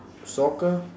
soccer